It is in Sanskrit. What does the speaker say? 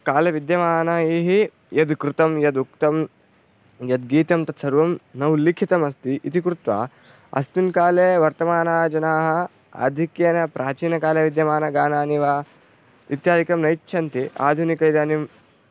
कालविद्यमानैः यद् कृतं यद् उक्तं यद्गीतं तत्सर्वं न उल्लिखितमस्ति इति कृत्वा अस्मिन् काले वर्तमानाः जनाः आधिक्येन प्राचीनकाले विद्यमानगानानि वा इत्यादिकं न इच्छन्ति आधुनिके इदानीं